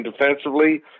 defensively